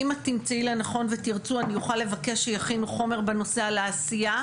אם את תמצאי לנכון ותרצו אני אוכל לבקש שיכינו חומר בנושא העשייה,